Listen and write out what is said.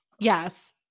Yes